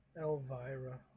Elvira